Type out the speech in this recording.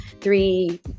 three